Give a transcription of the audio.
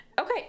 Okay